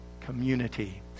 community